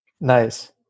Nice